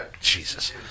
Jesus